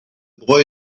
boy